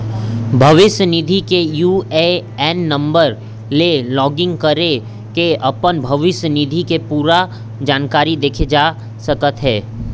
भविस्य निधि के यू.ए.एन नंबर ले लॉगिन करके अपन भविस्य निधि के पूरा जानकारी देखे जा सकत हे